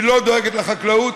היא לא דואגת לחקלאות,